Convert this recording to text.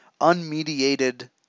Unmediated